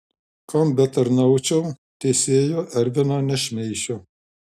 kam betarnaučiau teisėjo ervino nešmeišiu